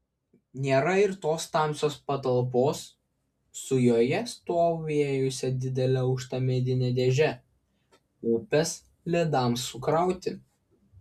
nėra ir tos tamsios patalpos su joje stovėjusia didele aukšta medine dėže upės ledams sukrauti